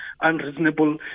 unreasonable